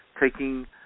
taking